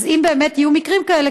אז אם באמת יהיו מקרים כאלה,